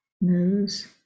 nose